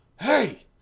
hey